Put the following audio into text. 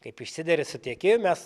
kaip išsideri su tiekėju mes